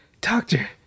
Doctor